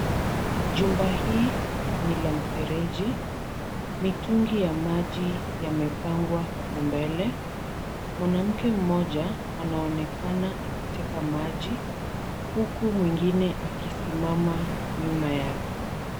Jumba hii ni la mifereji. Mitungi ya maji yamepangwa hapo mbele. Mwanamke mmoja anaonekana akiteka maji huku mwingine akisimama nyuma yake.